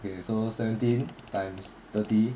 okay so seventeen times thirty